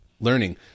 learning